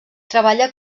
treballa